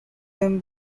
him